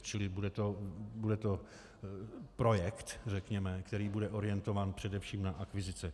Čili bude to projekt řekněme, který bude orientován především na akvizice.